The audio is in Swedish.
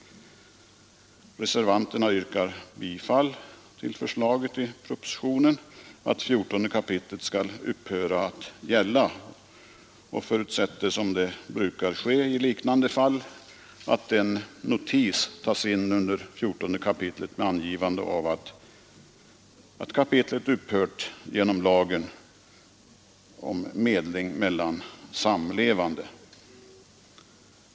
Reservanterna yrkar bifall till förslaget i propositionen att 14 kap. skall upphöra att gälla och förutsätter, som det brukar ske i liknande fall, att en notis tas in under 14 kap. med angivande av att kapitlet upphört genom lagen om medling mellan samlevande.